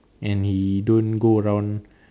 and he don't go around